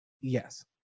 Yes